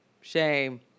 shame